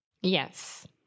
Yes